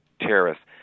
terrorists